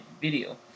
video